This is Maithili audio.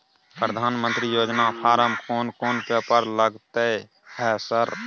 प्रधानमंत्री योजना फारम कोन कोन पेपर लगतै है सर?